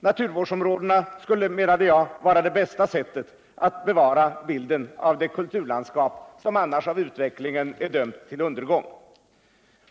Naturvårdsområdena skulle, menade jag, vara det bästa sättet att bevara bilden av det kulturlandskap som annars av utvecklingen är dömt till undergång.